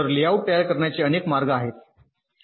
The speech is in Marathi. तर लेआउट तयार करण्याचे अनेक मार्ग आहेत